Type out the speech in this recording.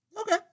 Okay